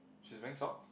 she's wearing socks